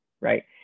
right